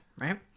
right